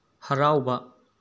ꯍꯔꯥꯎꯕ